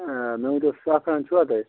مےٚ ؤنۍتو سیفران چھُوا تۄہہِ